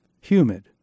Humid